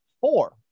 four